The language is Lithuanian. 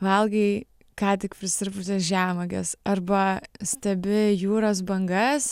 valgai ką tik prisirpusias žemuoges arba stebi jūros bangas